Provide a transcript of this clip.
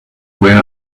where